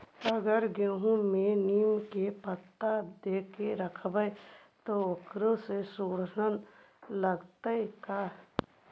अगर गेहूं में नीम के पता देके यखबै त ओकरा में सुढि न लगतै का?